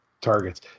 targets